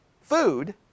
food